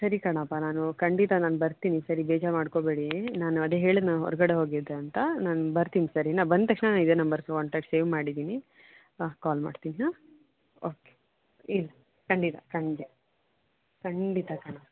ಸರಿ ಕಣಪ್ಪ ನಾನು ಖಂಡಿತ ನಾನು ಬರ್ತೀನಿ ಈ ಸಾರಿ ಬೇಜಾರು ಮಾಡ್ಕೋಬೇಡಿ ನಾನು ಅದೇ ಹೇಳಿದ್ನಲ ಹೊರಗಡೆ ಹೋಗಿದ್ದೆ ಅಂತ ನಾನು ಬರ್ತೀನಿ ಸರಿನಾ ಬಂದ ತಕ್ಷಣ ನಾನು ಇದೇ ನಂಬರ್ ಕಾಂಟೆಕ್ಟ್ ಸೇವ್ ಮಾಡಿದ್ದೀನಿ ಆಂ ಕಾಲ್ ಮಾಡ್ತೀನಿ ಹಾಂ ಓಕೆ ಇದು ಖಂಡಿತ ಸಂಜೆ ಖಂಡಿತ ಕಣೋ